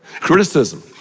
Criticism